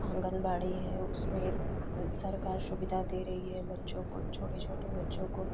आँगनवाड़ी है उसमें सरकार सुविधा दे रही है बच्चों को छोटे छोटे बच्चों को